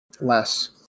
Less